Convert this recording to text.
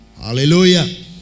Hallelujah